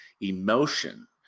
emotion